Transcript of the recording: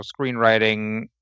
screenwriting